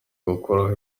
gukuraho